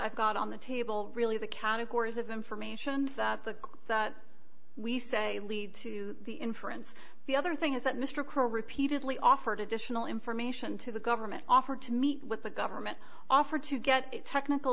i've got on the table really the categories of information that the that we say lead to the inference the other thing is that mr crow repeatedly offered additional information to the government offered to meet with the government offered to get technical